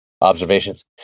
observations